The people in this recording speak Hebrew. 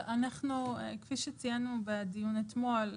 כפי שציינו בדיון אתמול,